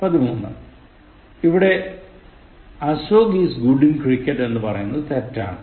പതിമൂന്ന് ഇവിടെ Ashok is good in cricket എന്ന് പറയുന്നത് തെറ്റാണ്